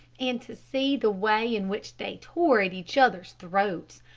and to see the way in which they tore at each other's throats.